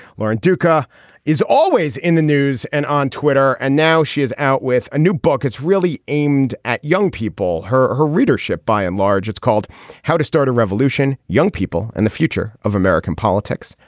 lauren duca duca is always in the news and on twitter and now she is out with a new book. it's really aimed at young people her or her readership by and large it's called how to start a revolution young people and the future of american politics.